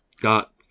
got